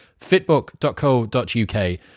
fitbook.co.uk